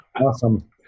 awesome